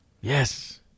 Yes